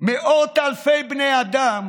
מאות אלפי בני אדם,